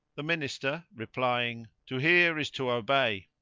the minister, replying to hear is to obey,